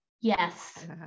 Yes